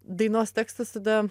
dainos tekstas tada